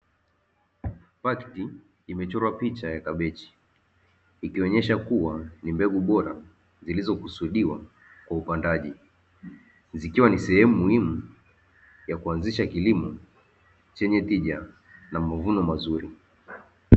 Paketi imechorwa picha ya kabechi. Ikionesha kuwa ni mbegu bora zilizokusudiwa kwa upandaji. Zikiwa ni sehemu muhimu ya kuanzisha kilimo chenye tija na mavuno mazuri.